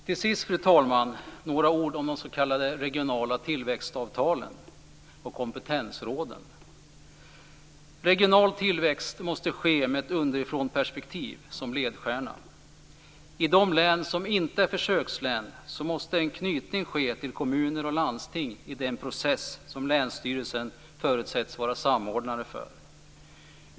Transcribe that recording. Till sist, fru talman, några ord om de s.k. regionala tillväxtavtalen och kompetensråden. Regional tillväxt måste ske med ett underifrånperspektiv som ledstjärna. I de län som inte är försökslän måste en knytning ske till kommuner och landsting i den process som länsstyrelsen förutsätts vara samordnare för.